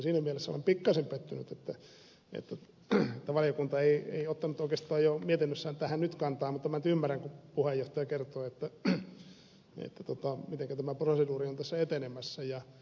siinä mielessä olen pikkaisen pettynyt että valiokunta ei ottanut oikeastaan mietinnössään tähän nyt kantaa mutta minä nyt ymmärrän kun puheenjohtaja kertoi mitenkä tämä proseduuri on tässä etenemässä